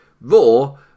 Raw